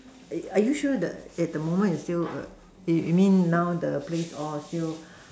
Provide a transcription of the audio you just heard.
are are you sure the at the moment is still you you mean now the place all still